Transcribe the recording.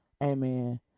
amen